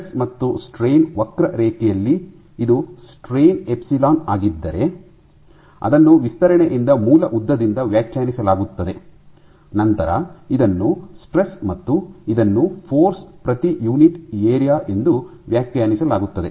stress ಮತ್ತು strain ವಕ್ರರೇಖೆಯಲ್ಲಿ ಇದು ಸ್ಟ್ರೈನ್ ಎಪ್ಸಿಲಾನ್ ಆಗಿದ್ದರೆ ಅದನ್ನು ವಿಸ್ತರಣೆಯಿಂದ ಮೂಲ ಉದ್ದದಿಂದ ವ್ಯಾಖ್ಯಾನಿಸಲಾಗುತ್ತದೆ ನಂತರ ಇದನ್ನು ಸ್ಟ್ರೆಸ್ ಮತ್ತು ಇದನ್ನು ಫೋರ್ಸ್ ಪ್ರತಿ ಯುನಿಟ್ ಏರಿಯಾ ಎಂದು ವ್ಯಾಖ್ಯಾನಿಸಲಾಗುತ್ತದೆ